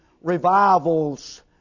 revivals